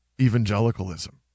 evangelicalism